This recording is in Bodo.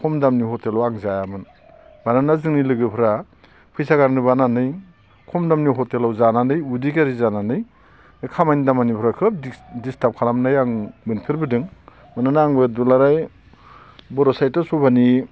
खम दामनि हटेलाव आं जायामोन मानोना जोंनि लोगोफ्रा फैसा गारनो बानानै खम दामनि हटेलाव जानानै उदै गाज्रि जानानै बे खामानि दामानिफोरखौ डिस्टार्ब खालामनाय नुफेरबोदों मानोना आंबो दुलाराय बर' साहित्य सभानि